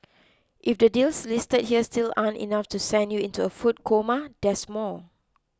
if the deals listed here still aren't enough to send you into a food coma there's more